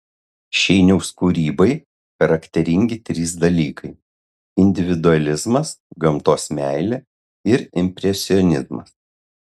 šeiniaus kūrybai charakteringi trys dalykai individualizmas gamtos meilė ir impresionizmas